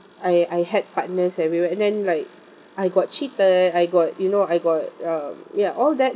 I I had partners everywhere and then like I got cheated I got you know I got uh ya all that